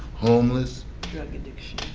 homeless drug addiction.